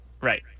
Right